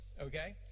okay